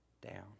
down